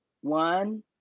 one